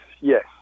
yes